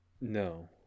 No